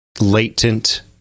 latent